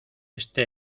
este